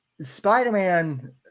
spider-man